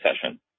session